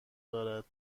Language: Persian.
دارد